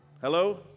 Hello